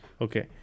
Okay